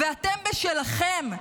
ואתם, בשלכם.